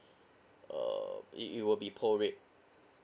uh it it will be prorate